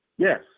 Yes